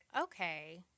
okay